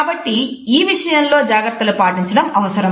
కాబట్టి ఈ విషయంలో జాగ్రత్తలు పాటించడం అవసరం